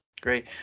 great